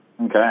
Okay